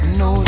no